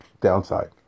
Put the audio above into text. downside